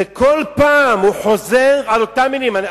וכל פעם הוא חוזר על אותן מלים,